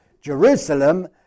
Jerusalem